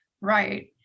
Right